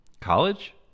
College